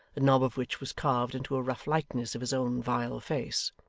the knob of which was carved into a rough likeness of his own vile face.